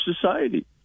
society